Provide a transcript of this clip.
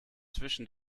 zwischen